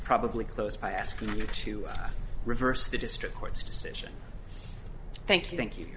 probably close by asking you to reverse the district court's decision thank you thank you